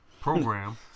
Program